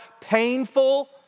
painful